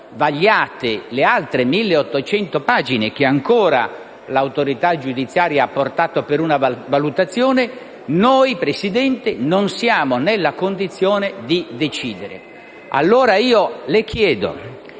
vagliate le altre 1.800 pagine che ancora l'autorità giudiziaria ha portato per una valutazione. Signor Presidente, noi non siamo nella condizione di decidere. Pertanto, le chiedo